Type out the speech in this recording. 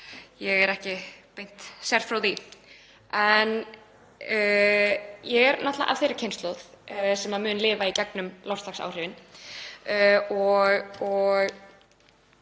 ég er ekki beint sérfróð um. En ég er náttúrlega af þeirri kynslóð sem mun lifa í gegnum loftslagsáhrifin